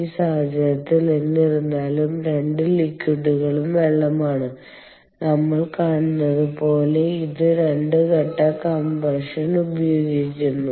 ഈ സാഹചര്യത്തിൽ എന്നിരുന്നാലും രണ്ട് ലിക്വിഡുകളും വെള്ളമാണ് നമ്മൾ കാണുന്നതുപോലെ ഇത് 2 ഘട്ട കംപ്രഷൻ ഉപയോഗിക്കുന്നു